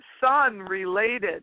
sun-related